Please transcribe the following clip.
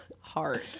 hard